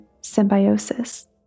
symbiosis